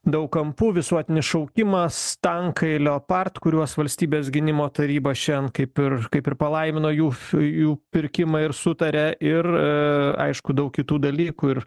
daug kampų visuotinis šaukimas tankai leopard kuriuos valstybės gynimo taryba šiam kaip ir kaip ir palaimino jų fu jų pirkimą ir sutaria ir e aišku daug kitų dalykų ir